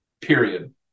period